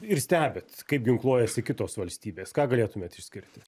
ir stebit kaip ginkluojasi kitos valstybės ką galėtumėt išskirti